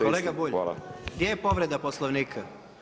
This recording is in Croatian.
Kolega Bulj, gdje je povreda poslovnika?